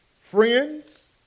Friends